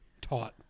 taught